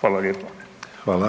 Hvala lijepa.